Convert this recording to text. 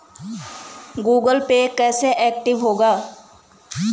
Google Pay कैसे active होगा?